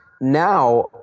now